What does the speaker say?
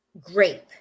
grape